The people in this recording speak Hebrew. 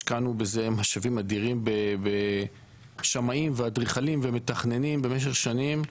השקענו בזה משאבים אדירים בשמאים ואדריכלים ומתכננים במשך שנים,